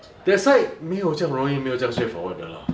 that side 没有这样容易没有这样 straightforward 的 lah